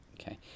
Okay